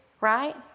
right